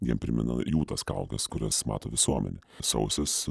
jiem primena jų tas kaukes kurias mato visuomenė sausis